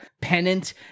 pennant